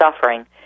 suffering